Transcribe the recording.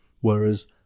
whereas